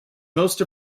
most